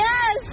Yes